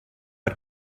per